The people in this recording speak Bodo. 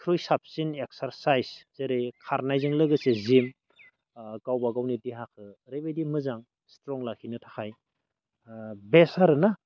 साबसिन एक्सारसाइस जेरै खारनायजों लोगोसे जिम गावबा गावनि देहाखो ओरैबायदि मोजां स्ट्रं लाखिनो थाखाय बेस्ट आरो ना